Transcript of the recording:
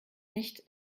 nicht